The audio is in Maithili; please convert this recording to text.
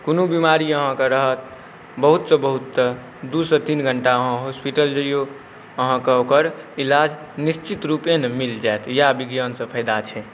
कोनो बेमारी अहाँके रहत बहुतसँ बहुत तऽ दुइसँ तीन घण्टा अहाँ हॉस्पिटल जइऔ अहाँके ओकर इलाज निश्चितरूपेण मिलि जाएत इएह विज्ञानसँ फाइदा छै